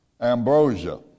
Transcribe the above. Ambrosia